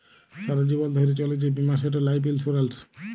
সারা জীবল ধ্যইরে চলে যে বীমা সেট লাইফ ইলসুরেল্স